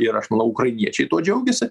ir aš manau ukrainiečiai tuo džiaugiasi